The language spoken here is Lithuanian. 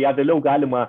ją vėliau galima